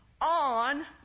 on